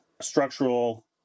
structural